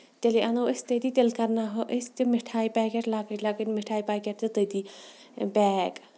تیٚلے اَنو أسۍ تٔتی تیٚلہِ کرناہو ٲسۍ تِم مِٹھایہِ پیکیٚٹ لۄکٕٹۍ لۄکٕٹۍ مَٹھایہِ پیکیٚٹ تہِ تٔتی پیک